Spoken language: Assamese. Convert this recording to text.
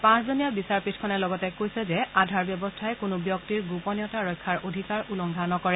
পাঁচজনীয়া বিচাৰপীঠখনে লগতে কৈছে যে আধাৰ ব্যৱস্থাই কোনো ব্যক্তিৰ গোপনীয়তা ৰক্ষাৰ অধিকাৰ উলংঘা নকৰে